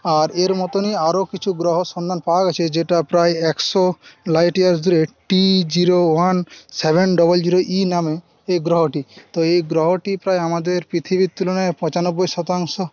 আর এর মতনই আরও কিছু গ্রহ সন্ধান পাওয়া গেছে যেটা প্রায় একশো লাইট ইয়ারস দূরে T zero one seven double zero E নামে এই গ্রহটি তো এই গ্রহটি প্রায় আমাদের পৃথিবীর তুলনায় পঁচানব্বই শতাংশ